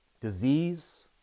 disease